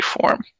form